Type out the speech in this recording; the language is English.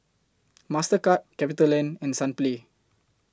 Mastercard CapitaLand and Sunplay